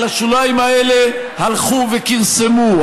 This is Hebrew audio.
אבל השוליים האלה הלכו וכרסמו,